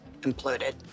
imploded